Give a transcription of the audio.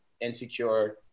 insecure